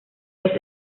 los